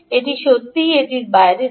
এটি সত্যই এটির বাইরে ছিল